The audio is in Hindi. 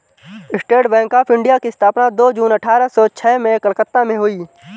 स्टेट बैंक ऑफ इंडिया की स्थापना दो जून अठारह सो छह में कलकत्ता में हुई